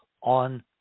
on